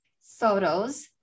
photos